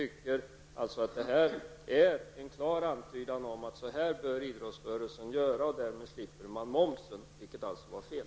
Detta är en klar antydan om vad idrottsrörelsen bör göra för att därmed slippa momsen, och det är alltså fel.